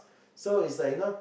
so it's like you know